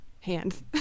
hands